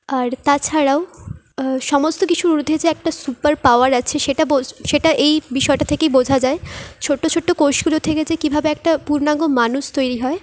আর তাছাড়াও সমস্ত কিছুর ঊর্ধ্বে যে একটা সুপার পাওয়ার আছে সেটা সেটা এই বিষয়টা থেকেই বোঝা যায় ছোট্ট ছোট্ট কোষগুলো থেকে যে কীভাবে একটা পূর্ণাঙ্গ মানুষ তৈরি হয়